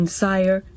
sire